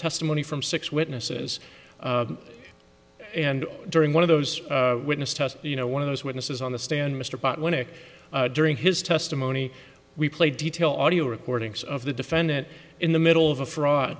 testimony from six witnesses and during one of those witness test you know one of those witnesses on the stand mr pot went to during his testimony we played detail audio recordings of the defendant in the middle of a fraud